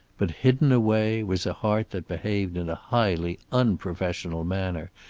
but hidden away was a heart that behaved in a highly unprofessional manner,